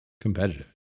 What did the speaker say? competitive